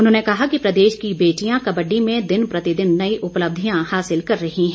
उन्होंने कहा कि प्रदेश की बेटियां कबड्डी में दिन प्रतिदिन नई उपलब्धियां हासिल कर रही है